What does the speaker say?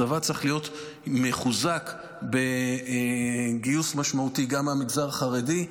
הצבא צריך להיות מחוזק בגיוס משמעותי גם מהמגזר החרדי.